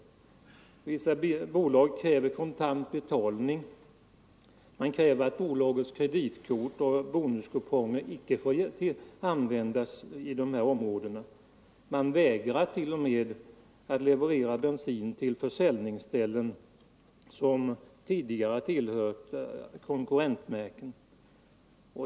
Vissa bolag kräver kontant betalning: de föreskriver att bolagens kreditkort och bonuskuponger inte får användas i de här områdena; de vägrar t.o.m. att leverera bensin till försäljningsställen som tidigare tillhört konkurrenter.